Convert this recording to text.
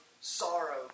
sorrow